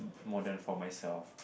more than for myself